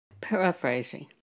Paraphrasing